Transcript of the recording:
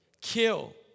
kill